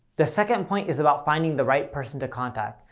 the second point is about finding the right person to contact.